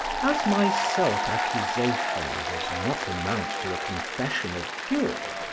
as my self-accusation does not amount to a confession of guilt,